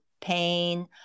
pain